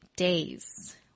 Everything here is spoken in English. Days